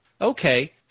Okay